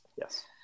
yes